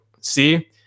see